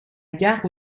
gare